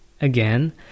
Again